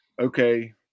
okay